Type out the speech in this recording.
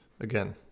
again